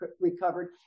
recovered